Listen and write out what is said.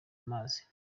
amazi